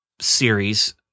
series